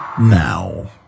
now